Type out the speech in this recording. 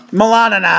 Milana